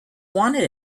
wanted